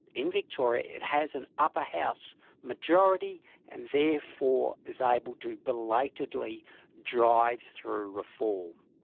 in victoria it has an upper house majority and therefore is able to belatedly drive through reform.